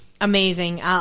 amazing